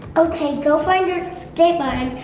okay, go find your escape button,